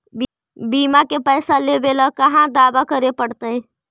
बिमा के पैसा लेबे ल कहा दावा करे पड़तै?